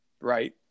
right